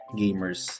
gamers